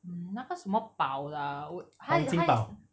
mm 那个什么宝的我他也他也